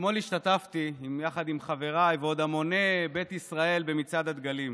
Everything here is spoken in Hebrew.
אתמול השתתפתי עם חבריי ועוד המוני בית ישראל במצעד הדגלים,